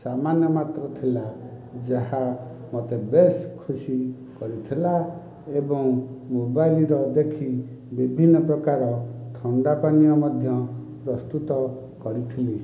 ସାମାନ୍ୟ ମାତ୍ର ଥିଲା ଯାହା ମୋତେ ବେସ ଖୁସି କରିଥିଲା ଏବଂ ମୋବାଇଲର ଦେଖି ବିଭିନ୍ନ ପ୍ରକାର ଥଣ୍ଡା ପାନୀୟ ମଧ୍ୟ ପ୍ରସ୍ତୁତ କରିଥିଲି